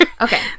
okay